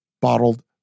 bottled